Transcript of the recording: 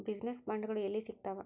Business ಬಾಂಡ್ಗಳು ಯೆಲ್ಲಿ ಸಿಗ್ತಾವ?